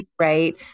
right